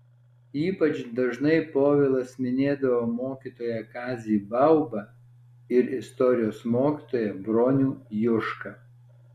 ypač dažnai povilas minėdavo mokytoją kazį baubą ir istorijos mokytoją bronių jušką